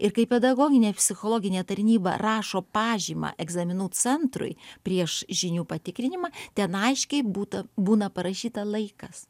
ir kaip pedagoginė psichologinė tarnyba rašo pažymą egzaminų centrui prieš žinių patikrinimą ten aiškiai būta būna parašyta laikas